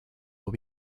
will